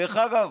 דרך אגב,